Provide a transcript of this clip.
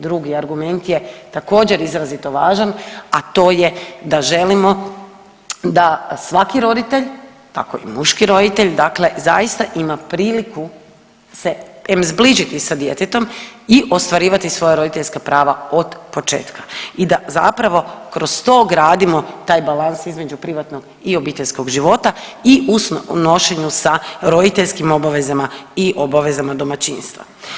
Drugi argument je također izrazito važan, a to je da želimo da svaki roditelj tako i muški roditelj dakle zaista ima priliku se em zbližiti s djetetom i ostvarivati svoja roditeljska prava od početka i da zapravo kroz to gradimo taj balans između privatnog i obiteljskog života i u nošenju sa roditeljskim obavezama i obavezama domaćinstva.